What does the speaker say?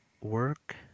work